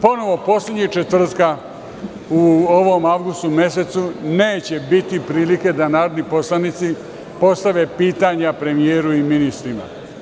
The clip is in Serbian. Ponovo poslednjeg četvrtka u ovom avgustu mesecu neće biti prilike da narodni poslanici postave pitanja premijeru i ministrima.